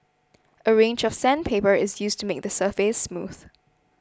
a range of sandpaper is used to make the surface smooth